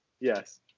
Yes